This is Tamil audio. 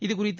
இதுகுறித்து